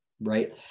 right